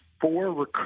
four